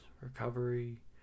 recovery